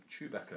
Chewbacca